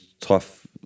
tough